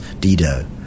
dido